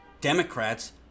Democrats